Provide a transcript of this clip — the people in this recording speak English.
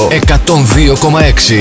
102.6